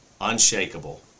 unshakable